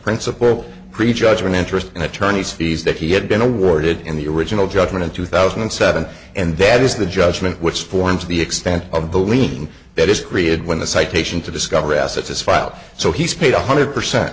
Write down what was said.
principal pre judgment interest and attorney's fees that he had been awarded in the original judgment in two thousand and seven and that is the judgment which forms the extent of the leaning that is created when the citation to discover assets is filed so he's paid one hundred percent